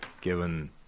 given